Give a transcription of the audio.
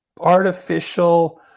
artificial